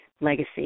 legacy